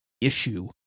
issue